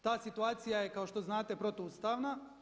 Ta situacija je kao što znate protuustavna.